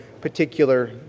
particular